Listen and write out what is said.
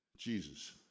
Jesus